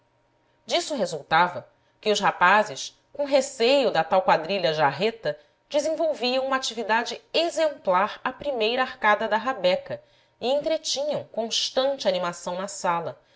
disso resultava que os rapazes com receio da tal quadrilha jarreta desenvolviam uma atividade exemplar à primeira arcada da rabeca e entretinham constante animação na sala